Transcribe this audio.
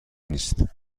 نیست